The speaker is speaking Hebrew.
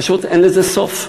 פשוט אין לזה סוף.